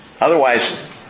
Otherwise